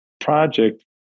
project